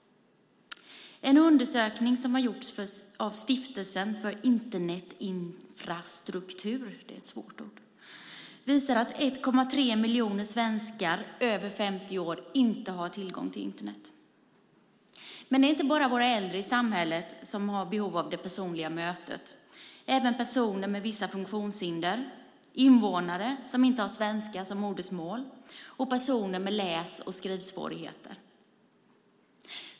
En undersökning som har gjorts av Stiftelsen för Internetinfrastrukur - ett svårt ord - visar att 1,3 miljoner svenskar över 50 år inte har tillgång till Internet. Men det är inte bara våra äldre i samhället som har särskilda behov av det personliga mötet utan också personer med vissa funktionshinder, invånare som inte har Svenska som modersmål och personer med läs och skrivsvårigheter.